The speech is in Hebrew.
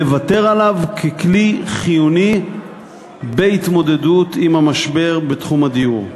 לוותר עליו ככלי חיוני בהתמודדות עם המשבר בתחום הדיור.